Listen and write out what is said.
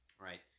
Right